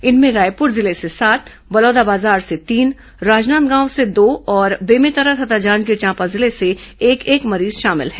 इनमें रायपुर जिले से सात बलौदाबाजार से तीन राजनांदगांव से दो और बेमेतरा तथा जांजगीर चांपा जिले से एक एक मरीज शामिल हैं